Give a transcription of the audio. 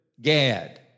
Gad